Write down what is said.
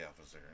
officer